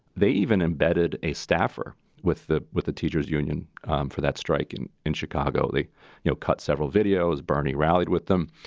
they even embedded a staffer with the with the teachers union for that strike. and in chicago, they you know cut several videos. bernie rallied with them.